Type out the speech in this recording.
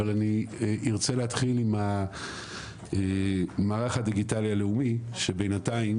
אבל ארצה להתחיל עם המערך הדיגיטלי הלאומי שבינתיים